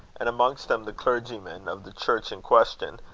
and amongst them the clergyman of the church in question,